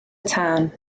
tân